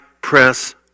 press